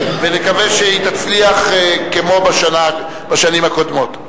ונקווה שהוא יצליח כמו בשנים הקודמות.